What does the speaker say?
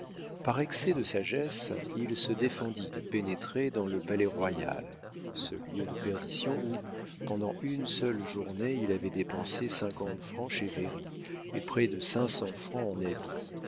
par excès de sagesse il se défendit de pénétrer dans le palais-royal ce lieu de perdition où pendant une seule journée il avait dépensé cinquante francs chez véry et près de cinq cents francs en habits